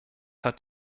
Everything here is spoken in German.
hat